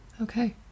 Okay